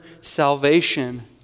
salvation